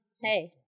Hey